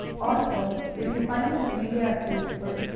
also, if you find this video as useful,